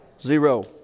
Zero